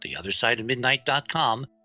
theothersideofmidnight.com